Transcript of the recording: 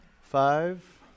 Five